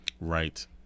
Right